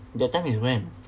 that time is when